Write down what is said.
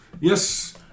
Yes